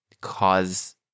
cause